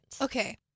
Okay